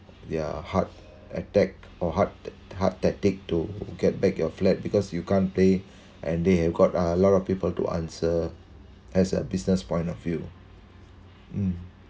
their hard attack or hard hard tactic to get back your flat because you can't play and they have got a lot of people to answer as a business point of view mm